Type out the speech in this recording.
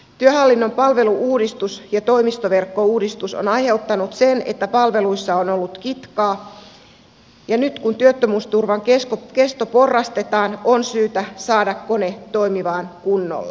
työhallinnon palvelu uudistus ja toimistoverkkouudistus ovat aiheuttaneet sen että palveluissa on ollut kitkaa ja nyt kun työttömyys turvan kesto porrastetaan on syytä saada kone toimimaan kunnolla